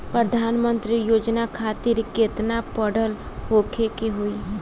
प्रधानमंत्री योजना खातिर केतना पढ़ल होखे के होई?